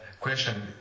question